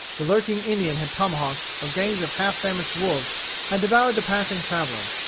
the lurking indian had tomahawked, or gangs of half-famished wolves had devoured the passing traveller.